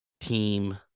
team